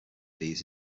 these